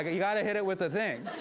but you gotta hit it with the thing.